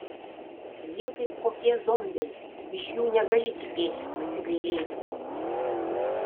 jie kaip kokie zombiai iš jų negali tikėtis pasigailėjimo